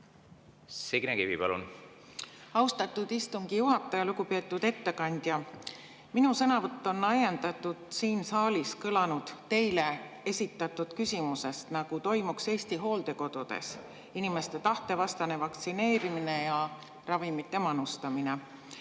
Signe Kivi, palun! Austatud istungi juhataja! Lugupeetud ettekandja! Minu sõnavõtt on ajendatud siin saalis kõlanud teile esitatud küsimusest [selle kohta], nagu toimuks Eesti hooldekodudes inimeste tahte vastane vaktsineerimine ja ravimite manustamine.